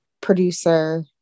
producer